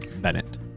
Bennett